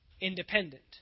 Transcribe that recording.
Independent